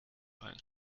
ein